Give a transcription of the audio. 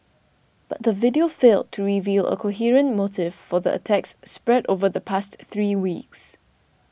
but the video failed to reveal a coherent motive for the attacks spread over the past three weeks